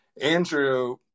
Andrew